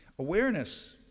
Awareness